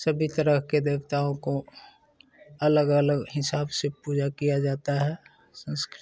सभी तरह के देवताओं को अलग अलग हिसाब से पूजा किया जाता है संस्कृति